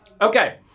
Okay